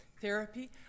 therapy